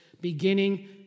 beginning